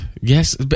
Yes